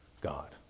God